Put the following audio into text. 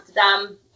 Amsterdam